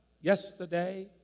Yesterday